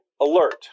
alert